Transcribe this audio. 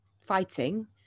fighting